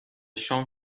شام